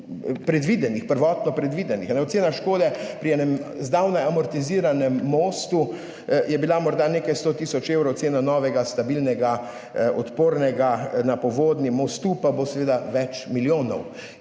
večji od prvotno predvidenih. Ocena škode pri enem zdavnaj amortiziranem mostu je bila morda nekaj 100 tisoč evrov, cena novega mostu, stabilnega, odpornega na povodnji, pa bo seveda več milijonov.